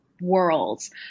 Worlds